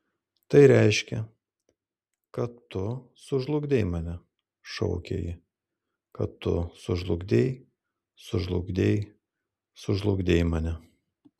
tai reiškia kad tu sužlugdei mane šaukė ji kad tu sužlugdei sužlugdei sužlugdei mane